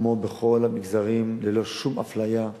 כמו בכל המגזרים, ללא שום אפליה,